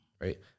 right